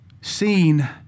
Seen